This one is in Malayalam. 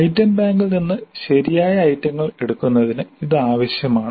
ഐറ്റം ബാങ്കിൽ നിന്ന് ശരിയായ ഐറ്റങ്ങൾ എടുക്കുന്നതിന് ഇത് ആവശ്യമാണ്